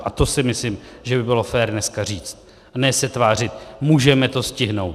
A to si myslím, že by bylo fér dneska říct, a ne se tvářit, můžeme to stihnout.